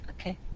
Okay